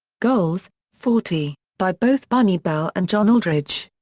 goals forty, by both bunny bell and john aldridge.